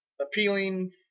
appealing